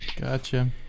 Gotcha